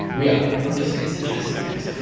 yeah i'm just going to suggest some things.